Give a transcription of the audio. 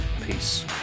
peace